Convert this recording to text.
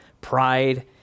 pride